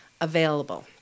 available